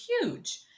huge